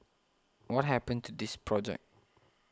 what happened to this project